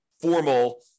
formal